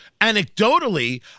anecdotally